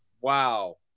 Wow